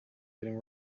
getting